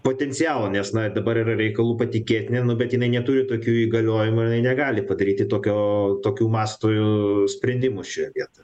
potencialo nes na dabar yra reikalų patikėtinė nu bet jinai neturi tokių įgaliojimų negali padaryti tokio tokių mastų sprendimų šioje vietoje